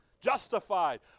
justified